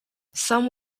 some